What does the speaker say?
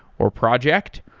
or project.